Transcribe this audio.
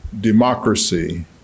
democracy